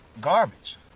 garbage